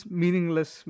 meaningless